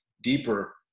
deeper